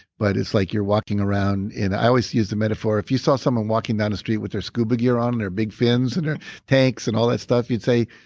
but it's like you're walking around in. i always use the metaphor, if you saw someone walking down the street with their scuba gear on and their big fins and and tanks and all that stuff you'd say,